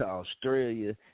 Australia